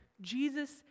Jesus